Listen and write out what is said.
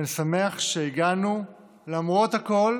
ואני שמח שהגענו למרות הכול,